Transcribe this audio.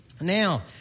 Now